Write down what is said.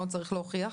מה הוא צריך להוכיח?